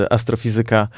Astrofizyka